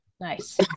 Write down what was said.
Nice